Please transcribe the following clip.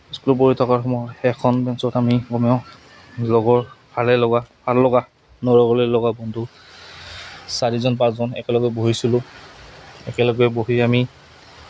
স্কুলত পঢ়ি থকাৰ সময়ত সেইখন বেঞ্চত আমি কমেও লগৰ ভালে লগা ভাল লগা নলে গলে লগা বন্ধু চাৰিজন পাঁচজন একেলগে বহিছিলোঁ একেলগে বহি আমি